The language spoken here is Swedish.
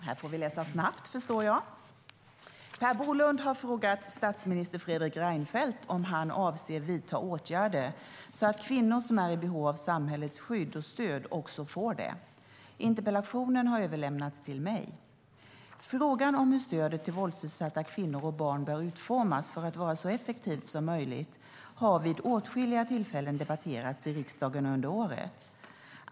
Herr talman! Per Bolund har frågat statsminister Fredrik Reinfeldt om han avser att vidta åtgärder så att kvinnor som är i behov av samhällets skydd och stöd också får det. Interpellationen har överlämnats till mig. Frågan om hur stödet till våldsutsatta kvinnor och barn bör utformas för att vara så effektivt som möjligt har vid åtskilliga tillfällen under året debatterats i riksdagen.